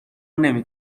نمی